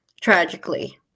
tragically